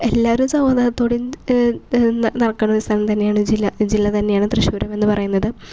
എല്ലാവരും സമാധാനത്തോടെയും നടക്കുന്ന സ്ഥലം തന്നെയാണ് ജില്ല ജില്ല തന്നെയാണ് തൃശ്ശൂരെന്ന് പറയുന്നത്